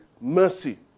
mercy